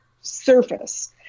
surface